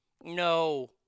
no